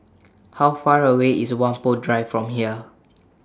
How Far away IS Whampoa Drive from here